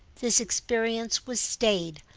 this experience was stayed,